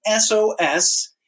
SOS